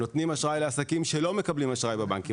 ונותנים אשראי לעסקים שלא מקבלים אשראי בבנקים.